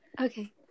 Okay